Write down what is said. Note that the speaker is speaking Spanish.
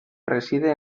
reside